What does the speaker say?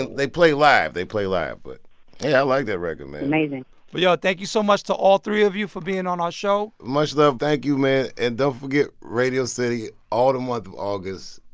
and they play live. they play live. but yeah, i like that record, man amazing but yo, thank you so much to all three of you for being on our show much love. thank you, man. and don't forget radio city all the month of august.